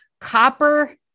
Copper